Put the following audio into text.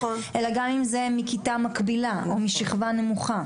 אלא גם מורה מכיתה מקבילה או משכבה נמוכה?